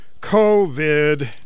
COVID